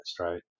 right